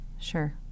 Sure